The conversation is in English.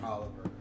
Oliver